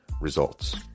results